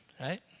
right